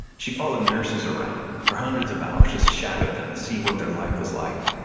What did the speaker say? she followed nurses around for hundreds of hours, just shadowed them to see what their life was like.